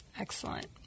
Excellent